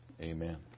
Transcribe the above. Amen